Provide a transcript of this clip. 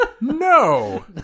No